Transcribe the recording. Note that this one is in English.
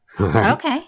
Okay